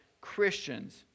Christians